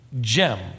gem